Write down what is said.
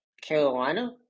Carolina